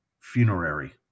funerary